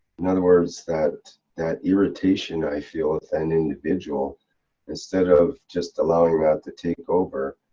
in other words that, that irritation i feel with an individual instead of just allowing that to take over.